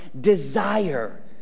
desire